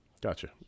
Gotcha